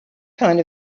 kind